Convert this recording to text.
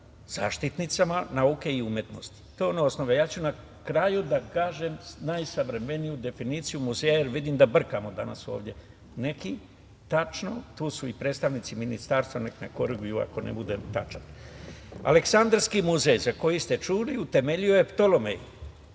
zaštitnicama nauke i umetnosti. To je ono osnovno. Na kraju ću da kažem najsavremeniju definiciju muzeja, jer vidim da brkamo danas ovde. Tu su i predstavnici ministarstva, neka me koriguju ako ne budem tačan. Aleksandarski muzej za koji ste čuli utemeljio je Ptolojem